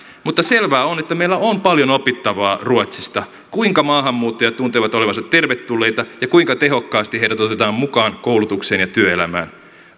mutta selvää on että meillä on paljon opittavaa ruotsista siinä kuinka maahanmuuttajat tuntevat olevansa tervetulleita ja kuinka tehokkaasti heidät otetaan mukaan koulutukseen ja työelämään